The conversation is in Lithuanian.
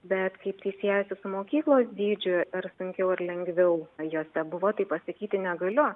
bet kaip tai siejasi su mokyklos dydžiu ir sunkiau ar lengviau jose buvo tai pasakyti negaliu